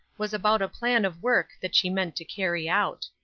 was about a plan of work that she meant to carry out.